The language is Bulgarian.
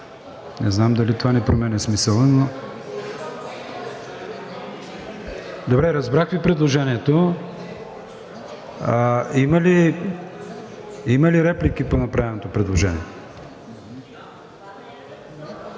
Не знам дали това не променя смисъла. Добре, разбрах Ви предложението. Има ли реплики по направеното предложение?